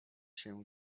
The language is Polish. się